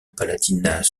palatinat